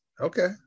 okay